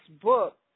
book